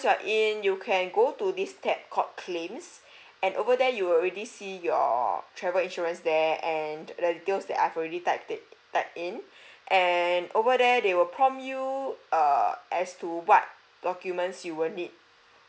log in you can go to this tab called claims and over there you already see your travel insurance there and the details that I've already typed it typed in and over there they will prompt you err as to what documents you will need